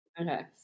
Okay